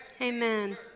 Amen